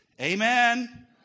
Amen